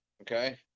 Okay